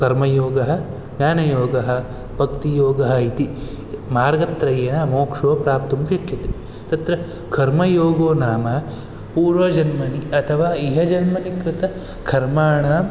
कर्मयोगः ज्ञानयोगः भक्तियोगः इति मार्गत्रयेन मोक्षो प्राप्तुं शक्यते तत्र कर्मयोगो नाम पूर्वजन्मनि अथवा इहजन्मनि कृत कर्माणां